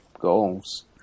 goals